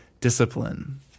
discipline